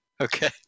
Okay